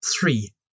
Three